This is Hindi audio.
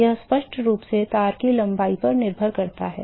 वह स्पष्ट रूप से तार की लंबाई पर निर्भर करता है